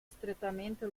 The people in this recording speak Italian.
strettamente